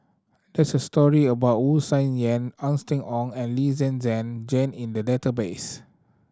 there's a story about Wu Tsai Yen Austen Ong and Lee Zhen Zhen Jane in the database